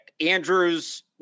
Andrews